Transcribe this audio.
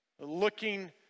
looking